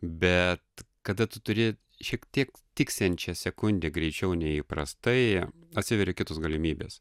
bet kada tu turi šiek tiek tiksinčią sekundę greičiau nei įprastai atsiveria kitos galimybės